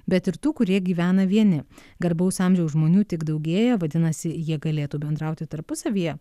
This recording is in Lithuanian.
bet ir tų kurie gyvena vieni garbaus amžiaus žmonių tik daugėja vadinasi jie galėtų bendrauti tarpusavyje